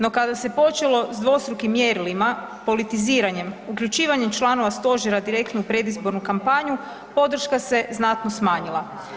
No kada se počelo s dvostrukim mjerilima, politiziranjem, uključivanjem članova stožera direktno u predizbornu kampanju, podrška se znatno smanjila.